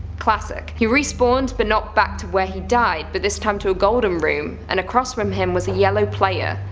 classic. he respawned, but not back to where he died, but this time to a golden room, and across from him him was a yellow player.